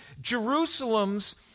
Jerusalem's